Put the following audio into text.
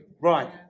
Right